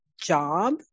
job